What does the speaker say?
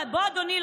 אדוני,